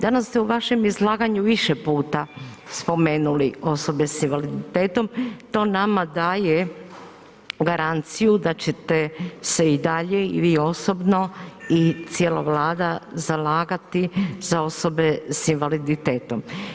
Danas ste u vašem izlaganju više puta spomenuli osobe s invaliditetom, to nama daje garanciju da ćete se i dalje i vi osobno i cijela vlada zalagati za osobe s invaliditetom.